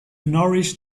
nourish